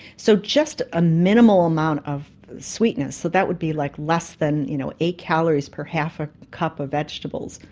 so just a minimal amount of sweetness, so that would be like less than you know eight calories per half a cup of vegetables.